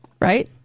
right